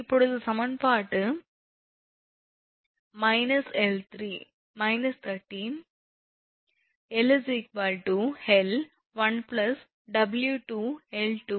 இப்போது சமன்பாட்டில் 13 𝑙 𝐿 1𝑊2𝐿224 𝐻2